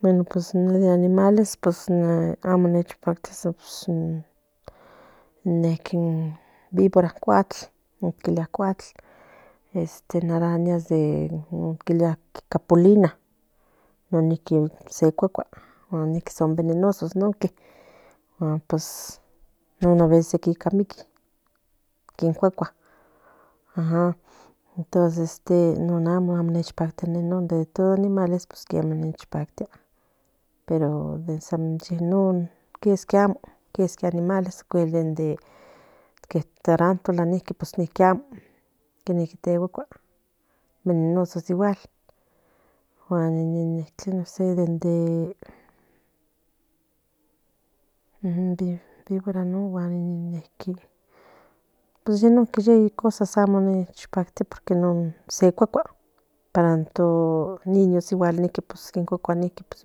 Bueno pues in animales pues amo nen checpactia pues in vivora cuatl in con quilia cuatl este in arañas este con cuilia tu capulina non ninqui se cuacua guan ninkinse venenosa nonque guan pos non pues aveces miqui kin cuacua ajam entonces non amo nechecpactia ne non animales pues nechecpactia pero de shenon quiesqui amo animales den non tarantura pues ninki amo non nin tecuacua venenosos igual guan in nosé de nil vivora non pues non yeik cosas amo ni nechpactia non se cuacua para non yo niños pues tú cuacua pues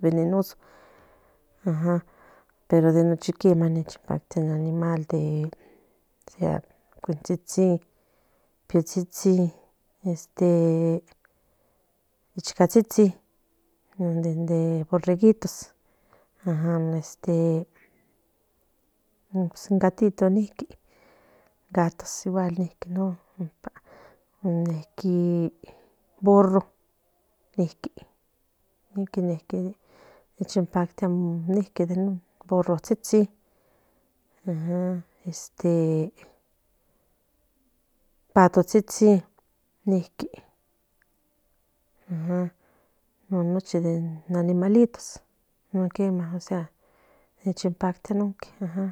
venenoso pero de nochiquema nechepactia de sea cuitsitsin piotsitsin este in iscatsitsin non de borreguitos ajam in gatito ninki igual ninki non ninquiin burro nechecpactia ninki de non burrotsitsin este patotsitsin ninqui non nochi den un animalitos non quema ninenchikpactia non nonque ajam